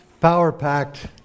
Power-packed